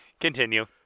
continue